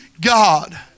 God